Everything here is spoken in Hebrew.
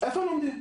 איפה הוא לומד?